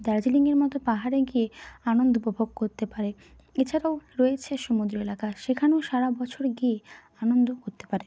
দার্জিলিংয়ের মতো পাহাড়ে গিয়ে আনন্দ উপভোগ করতে পারে এছাড়াও রয়েছে সমুদ্র এলাকা সেখানেও সারা বছর গিয়ে আনন্দ করতে পারে